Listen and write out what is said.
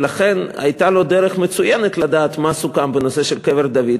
לכן הייתה לו דרך מצוינת לדעת מה סוכם בנושא של קבר דוד,